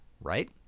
right